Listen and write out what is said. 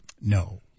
No